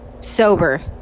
sober